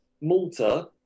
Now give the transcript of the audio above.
Malta